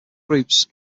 groups